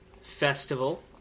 Festival